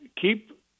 keep